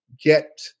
get